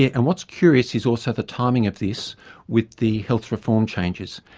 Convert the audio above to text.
yeah and what's curious is also the timing of this with the health reform changes.